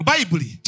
Bible